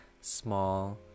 small